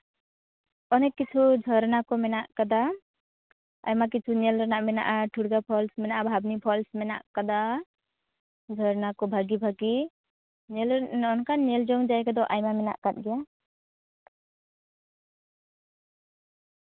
ᱚᱱᱮᱠ ᱠᱤᱪᱷᱩ ᱡᱷᱚᱨᱱᱟ ᱠᱚ ᱢᱮᱱᱟᱜ ᱠᱟᱫᱟ ᱟᱭᱢᱟ ᱠᱤᱪᱷᱩ ᱧᱮᱞ ᱨᱮᱱᱟᱜ ᱢᱮᱱᱟᱜᱼᱟ ᱴᱷᱩᱲᱜᱟ ᱯᱷᱚᱞᱥ ᱢᱮᱱᱟᱜᱼᱟ ᱵᱷᱟᱵᱱᱤ ᱯᱷᱚᱞᱥ ᱢᱮᱱᱟᱜ ᱠᱟᱫᱟ ᱡᱷᱚᱨᱱᱟ ᱠᱚ ᱵᱷᱟᱜᱮ ᱵᱷᱟᱜᱮ ᱧᱮᱞ ᱨᱮᱱᱟᱜ ᱚᱱᱠᱟᱱ ᱧᱮᱞ ᱡᱚᱝ ᱡᱟᱭᱜᱟ ᱫᱚ ᱟᱭᱢᱟ ᱢᱮᱱᱟᱜ ᱠᱟᱫ ᱜᱮᱭᱟ